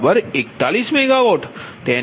76 Pg241MW